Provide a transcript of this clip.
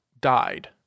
died